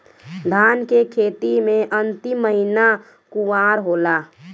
धान के खेती मे अन्तिम महीना कुवार होला?